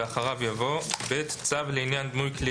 ואחריו יבוא: "(ב)צו לעניין דמוי כלי